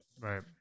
Right